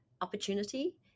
opportunity